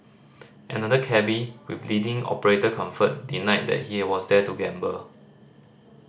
another cabby with leading operator Comfort denied that he was there to gamble